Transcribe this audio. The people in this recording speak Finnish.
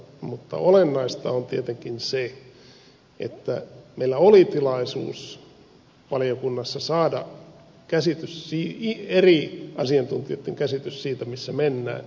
mutta olennaista on tietenkin se että meillä oli tilaisuus valiokunnassa saada eri asiantuntijoitten käsitys siitä missä mennään